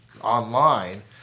online